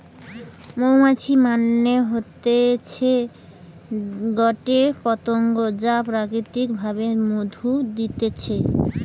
মধুমাছি মানে হতিছে গটে পতঙ্গ যা প্রাকৃতিক ভাবে মধু দিতেছে